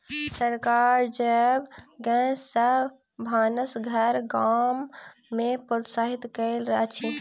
सरकार जैव गैस सॅ भानस घर गाम में प्रोत्साहित करैत अछि